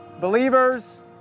believers